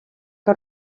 que